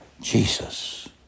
Jesus